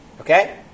Okay